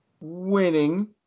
winning